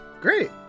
great